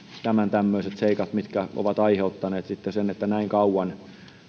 tämmöiset seikat mitkä ovat aiheuttaneet sitten sen että näin kauan